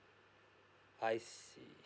I see